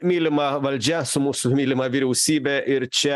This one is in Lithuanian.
mylima valdžia su mūsų mylima vyriausybe ir čia